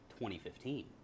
2015